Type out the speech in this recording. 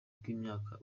bw’imyaka